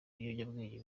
biyobyabwenge